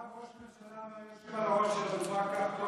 רק ראש הממשלה, תודה.